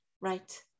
right